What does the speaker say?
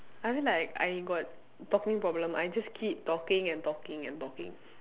I mean like I got talking problem I just keep talking and talking and talking